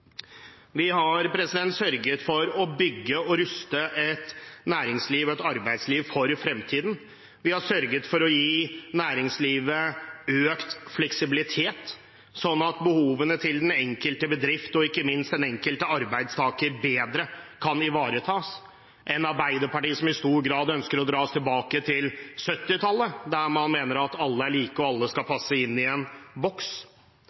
Vi har sørget for å bygge og ruste et næringsliv og et arbeidsliv for fremtiden, og vi har sørget for å gi næringslivet økt fleksibilitet, slik at behovene til den enkelte bedrift og ikke minst den enkelte arbeidstaker kan ivaretas bedre. Vi har et arbeiderparti som i stor grad ønsker å dra oss tilbake til 1970-tallet, der man mener at alle er like, og alle skal